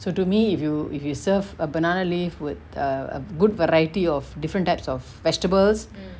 so to me if you if you serve a banana leaf with a good variety of different types of vegetables